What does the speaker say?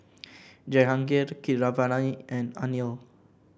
Jehangirr Keeravani and Anil